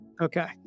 Okay